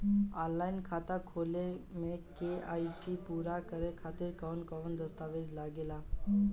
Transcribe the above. Online खाता खोले में के.वाइ.सी पूरा करे खातिर कवन कवन दस्तावेज लागे ला?